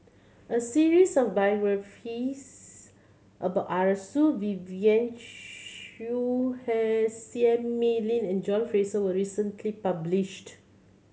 a series of biographies about Arasu Vivien Quahe Seah Mei Lin and John Fraser was recently published